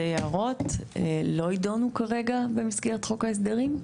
היערות לא ידונו כרגע במסגרת חוק ההסדרים.